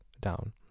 down